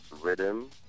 rhythm